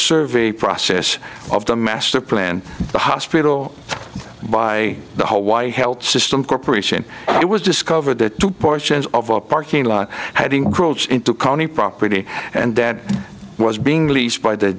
survey process of the master plan the hospital by the hawaii health system corp it was discovered that two portions of a parking lot had encroached into county property and that was being leased by the